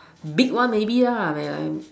big one maybe lah then I